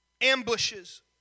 ambushes